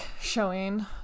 showing